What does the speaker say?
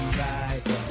right